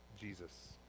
Jesus